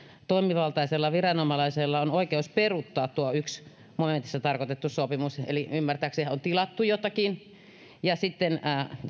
toimivaltaisella viranomaisella on oikeus peruuttaa tuo ensimmäisessä momentissa tarkoitettu sopimus eli ymmärtääkseni on tilattu jotakin ja sitten